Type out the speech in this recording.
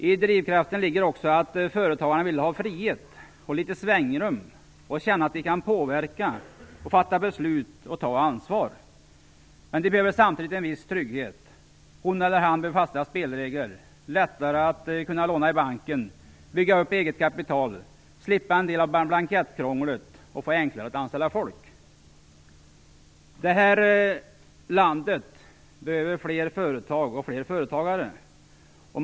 I drivkraften ligger också att företagarna vill ha frihet och svängrum och att de vill känna att de kan påverka, fatta beslut och ta ansvar. Men de behöver samtidigt en viss trygghet. Hon eller han behöver ha fasta spelregler, lättare att låna i bank och möjlighet att bygga upp eget kapital, och han eller hon behöver slippa en del av blankettkrånglet och få enklare att anställa folk. Det här landet behöver fler företag och fler företagare.